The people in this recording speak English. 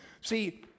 See